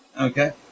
Okay